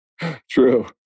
True